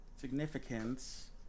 Significance